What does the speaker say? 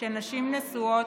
שנשים נשואות,